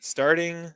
Starting